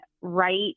right